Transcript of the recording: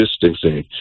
distancing